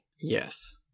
Yes